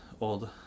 old